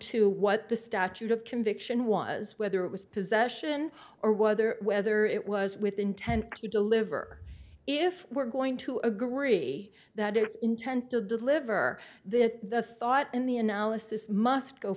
to what the statute of conviction was whether it was possession or whether whether it was with intent to deliver if we're going to agree that it's intent to deliver that the thought and the analysis must go